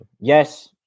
Yes